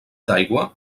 d’aigua